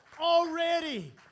already